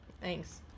Thanks